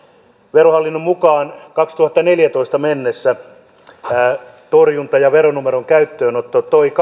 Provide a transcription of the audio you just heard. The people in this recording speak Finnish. verohallinnon mukaan kaksituhattaneljätoista mennessä torjunta ja veronumeron käyttöönotto toivat